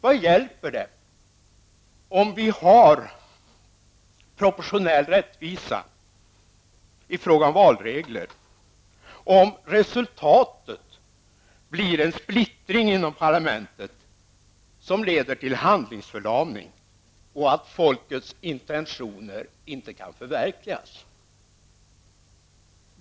Vad hjälper det om vi har proportionell rättvisa i fråga om valregler om resultatet blir en splittring inom parlamentet som leder till handlingsförlamning och till att folkets intentioner inte kan förverkligas?